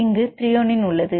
இங்கு த்ரெயோனின் உள்ளது